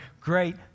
great